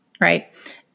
Right